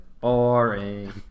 boring